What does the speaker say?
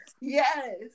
yes